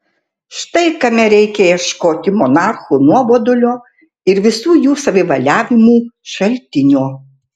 štai kame reikia ieškoti monarchų nuobodulio ir visų jų savivaliavimų šaltinio